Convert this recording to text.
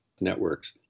networks